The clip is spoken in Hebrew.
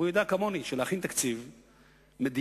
והוא יודע כמוני שתקציב מדינה,